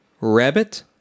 Rabbit